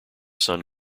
sun